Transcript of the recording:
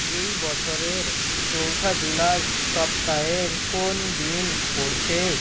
এই বছরের চৌঠা জুলাই সপ্তাহের কোন দিন পড়ছে